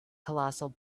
colossal